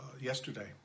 yesterday